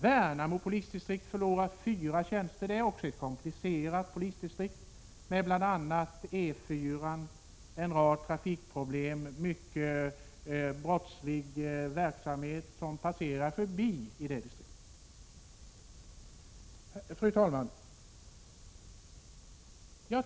Värnamo polisdistrikt förlorar fyra tjänster, och det är också ett komplicerat polisdistrikt, med bl.a. E 4 och en rad trafikproblem samt mycket brottslig verksamhet. Fru talman!